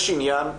יש עניין,